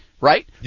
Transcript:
right